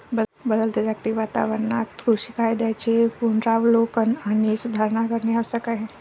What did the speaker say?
बदलत्या जागतिक वातावरणात कृषी कायद्यांचे पुनरावलोकन आणि सुधारणा करणे आवश्यक आहे